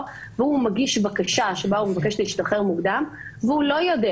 והוא מגיש בקשה שבה הוא מבקש להשתחרר מוקדם והוא לא יודע